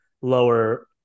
lower